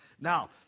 Now